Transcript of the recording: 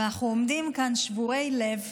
אבל אנחנו עומדים כאן שבורי לב,